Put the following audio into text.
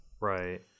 right